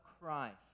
Christ